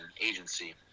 agency